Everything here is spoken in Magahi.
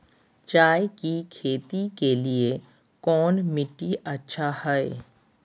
चाय की खेती के लिए कौन मिट्टी अच्छा हाय?